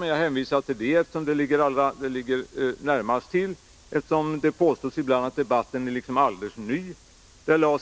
Debatten är alltså inte ny, som det påstås ibland, men jag nöjer mig här med att hänvisa till de aktuella förslagen, eftersom de ligger närmast till.